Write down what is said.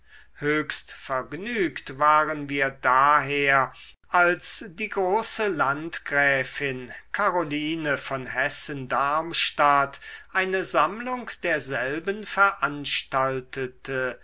höchst vergnügt waren wir daher als die große landgräfin karoline von hessen-darmstadt eine sammlung derselben veranstaltete